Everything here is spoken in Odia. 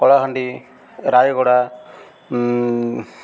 କଳାହାଣ୍ଡି ରାୟଗଡ଼ା